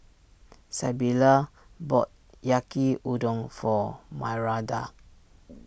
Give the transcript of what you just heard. Sybilla bought Yaki Udon for Myranda